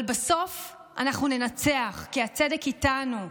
אבל בסוף אנחנו ננצח, כי הצדק איתנו.